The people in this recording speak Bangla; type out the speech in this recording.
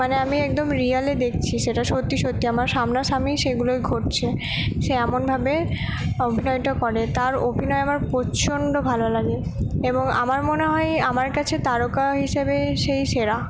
মানে আমি একদম রিয়ালে দেখছি সেটা সত্যি সত্যি আমার সামনা সামনি সেগুলোই ঘটছে সে এমনভাবে অভিনয়টা করে তার অভিনয় আমার প্রচণ্ড ভালো লাগে এবং আমার মনে হয় এই আমার কাছে তারকা হিসেবে সেই সেরা